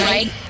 Right